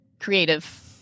creative